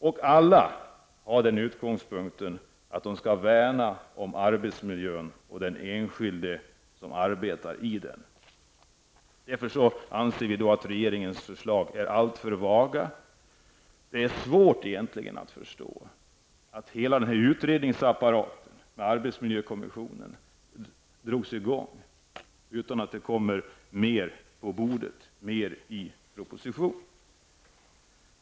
Alla förslag har den utgångspunkten att de skall värna om arbetsmiljön och den enskilde som arbetar i den. Vi anser att regeringens förslag är alltför vaga. Det är egentligen svårt att förstå att hela utredningsapparaten med arbetsmiljökonventionen drogs i gång utan att det kommer mer på bordet och blir resultat i propositionen.